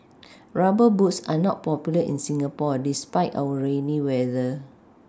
rubber boots are not popular in Singapore despite our rainy weather